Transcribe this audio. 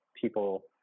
people